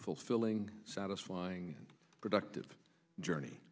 fulfilling satisfying productive journey